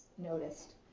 noticed